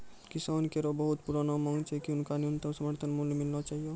किसानो केरो बहुत पुरानो मांग छै कि हुनका न्यूनतम समर्थन मूल्य मिलना चाहियो